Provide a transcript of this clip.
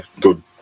good